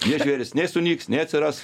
jie žvėrys nei sunyks nei atsiras